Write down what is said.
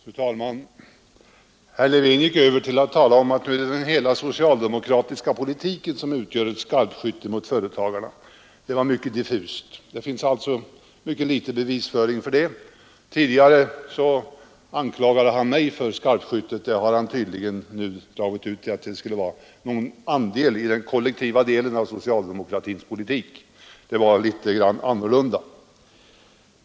Fru talman! Herr Levin gick nu över till att tala om att det är hela den socialdemokratiska politiken som utgör ett skarpskytte mot företagarna. Det var mycket diffust och det finns få bevis för detta. Tidigare anklagade herr Levin mig för skarpskyttet. Han har tydligen nu preciserat det så att detta skulle vara någon andel av den socialdemokratiska politiken kollektivt. Det var litet annorlunda.